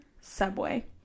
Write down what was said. Subway